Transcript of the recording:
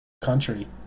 country